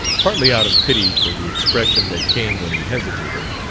partly out of pity for the expression that came when he hesitated,